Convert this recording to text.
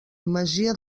masia